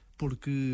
porque